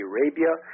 Arabia